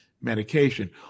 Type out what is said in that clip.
medication